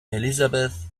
elizabeth